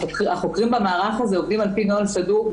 החוקרים במערך הזה עוברים לפי נוהל סדור.